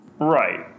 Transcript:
Right